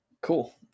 Cool